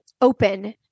open